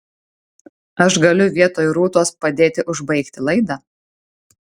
aš galiu vietoj rūtos padėti užbaigti laidą